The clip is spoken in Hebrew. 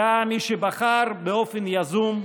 היה מי שבחר באופן יזום,